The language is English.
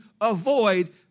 avoid